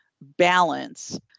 balance